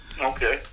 okay